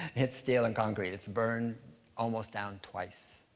it's steel and concrete. it's burned almost down twice.